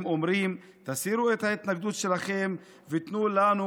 הם אומרים: תסירו את ההתנגדות שלכם ותנו לנו